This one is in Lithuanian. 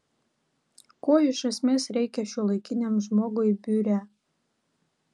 ko iš esmės reikia šiuolaikiniam žmogui biure